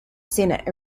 senate